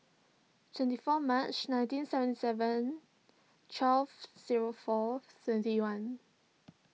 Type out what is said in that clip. twenty four March nineteen seventy seven twelve zero four twenty one